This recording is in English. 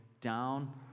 down